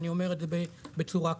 שאני אומר את זה בצורה כזאת.